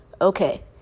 Okay